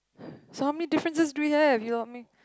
so how many differences do we have do you want me